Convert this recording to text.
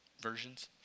versions